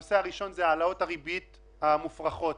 הנושא הראשון זה העלות הריבית המופרכות